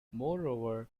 moreover